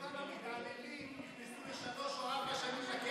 תבדוק כמה מתעללים נכנסו לשלוש או לארבע שנים לכלא,